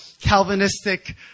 Calvinistic